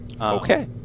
Okay